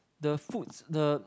the foods the